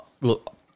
Look